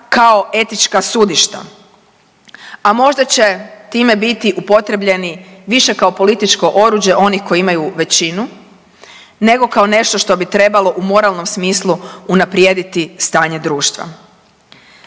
kao etička sudišta. A možda će time biti upotrjebljeni više kao političko oruđe onih koji imaju većinu, nego kao nešto što bi trebalo u moralnom smislu unaprijediti stanje društva.